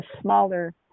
smaller